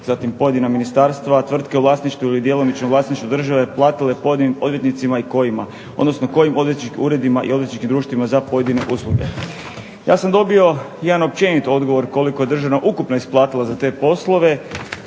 zatim pojedina ministarstva, tvrtke u vlasništvu ili djelomičnom vlasništvu države platile pojedinim odvjetnicima i kojima, odnosno kojim odvjetničkim uredima i odvjetničkim društvima za pojedine usluge. Ja sam dobio jedan općenit odgovor koliko je država ukupno isplatila za te poslove,